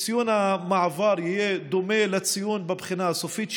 שציון המעבר יהיה דומה לציון בבחינה הסופית,